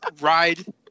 ride